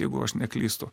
jeigu aš neklystu